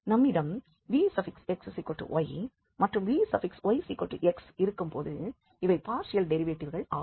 நம்மிடம் vxy மற்றும் vyx இருக்கும்போது இவை பார்ஷியல் டெரிவேட்டிவ்கள் ஆகும்